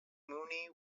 mooney